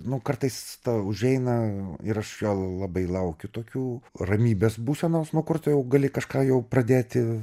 nu kartais užeina ir aš jo labai laukiu tokių ramybės būsenos kur tu jau gali kažką jau pradėti